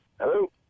Hello